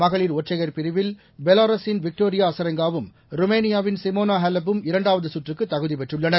மகளிர் ஒற்றையர் பிரிவில் பெவாரலின் விக்டோரியா அசரெங்காவும் ருமேனியாவின் சிமோனா ஹெலப்பும் இரண்டாவது சுற்றுக்கு தகுதி பெற்றுள்ளனர்